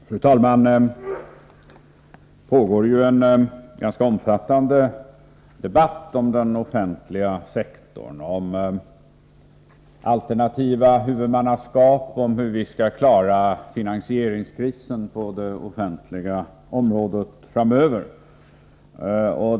Fru talman! Det pågår en ganska omfat.ande debatt om den offentliga sektorn — om alternativa huvudmannaskap och om hur vi framöver skall klara finansieringskrisen på det offentliga området.